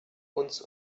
uns